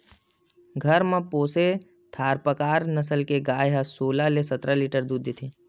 घर म पोसे थारपकर नसल के गाय ह सोलह ले सतरा लीटर दूद देथे